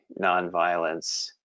nonviolence